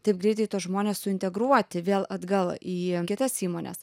taip greitai tuos žmones suintegruoti vėl atgal į kitas įmones